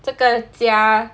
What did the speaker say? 这个家